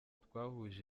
twahuje